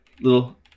little